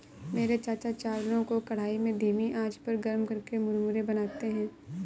मेरे चाचा चावलों को कढ़ाई में धीमी आंच पर गर्म करके मुरमुरे बनाते हैं